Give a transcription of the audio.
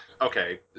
okay